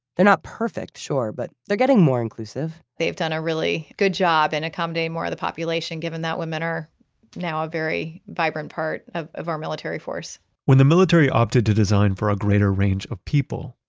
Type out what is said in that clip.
they're not perfect, sure, but they're getting more inclusive they've done a really good job in accommodating more of the population given that women are now a very vibrant part of of our military force when the military opted to design for a greater range of people,